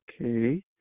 okay